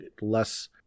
less